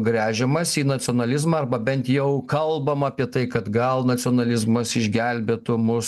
gręžiamasi į nacionalizmą arba bent jau kalbam apie tai kad gal nacionalizmas išgelbėtų mus